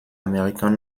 american